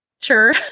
sure